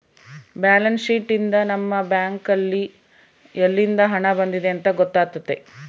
balance sheet ಯಿಂದ ನಮ್ಮ bank ನಲ್ಲಿ ಯಲ್ಲಿಂದ ಹಣ ಬಂದಿದೆ ಅಂತ ಗೊತ್ತಾತತೆ